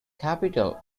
capital